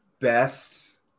best